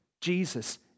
Jesus